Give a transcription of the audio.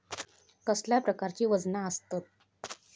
कसल्या प्रकारची वजना आसतत?